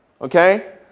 Okay